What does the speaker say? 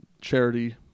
charity